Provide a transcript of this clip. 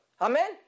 amen